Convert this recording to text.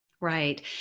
Right